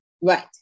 right